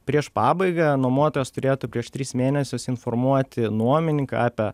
prieš pabaigą nuomotojas turėtų prieš tris mėnesius informuoti nuomininką apie